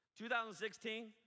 2016